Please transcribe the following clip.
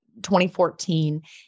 2014